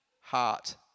Heart